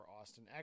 Austin